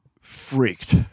freaked